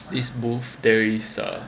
this booth there is uh